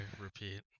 repeat